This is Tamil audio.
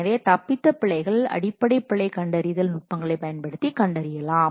எனவே தப்பித்த பிழைகள் அடிப்படை பிழை கண்டறிதல் நுட்பங்களைப் பயன்படுத்தி கண்டறியப்படலாம்